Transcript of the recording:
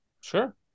Sure